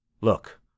Look